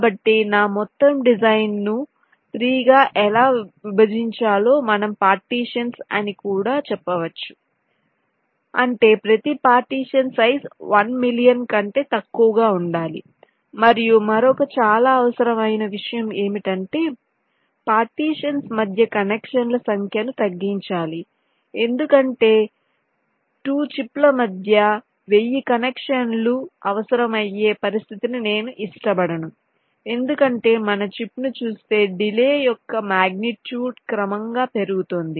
కాబట్టి నా మొత్తం డిజైన్ను 3 గా ఎలా విభజించాలో మనం పార్టీషన్స్ అని కూడా చెప్పవచ్చు అంటే ప్రతి పార్టీషన్ సైజ్ 1 మిలియన్ కంటే తక్కువగా ఉండాలి మరియు మరొక చాలా అవసరమైన విషయం ఏమిటంటే పార్టీషన్స్ మధ్య కనెక్షన్ల సంఖ్యను తగ్గించాలి ఎందుకంటే 2 చిప్ల మధ్య 1000 కనెక్షన్లు అవసరమయ్యే పరిస్థితిని నేను ఇష్టపడను ఎందుకంటే మన చిప్ ను చూస్తే డిలే యొక్క మాగ్నిట్యూడ్ క్రమంగా పెరుగుతుంది